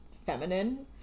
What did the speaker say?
Feminine